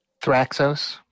Thraxos